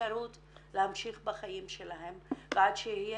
אפשרות להמשיך בחיים שלהן ועד שתהיה